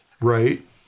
right